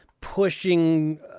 pushing